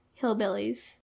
hillbillies